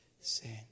sin